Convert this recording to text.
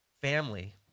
family